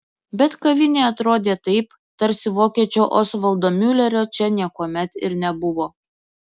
bet kavinė atrodė taip tarsi vokiečio osvaldo miulerio čia niekuomet ir nebuvo